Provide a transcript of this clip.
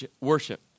worship